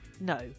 no